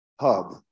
hub